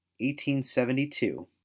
1872